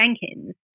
Jenkins